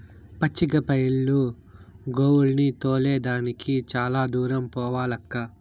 పచ్చిక బైలు గోవుల్ని తోలే దానికి చాలా దూరం పోవాలక్కా